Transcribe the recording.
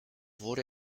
wurde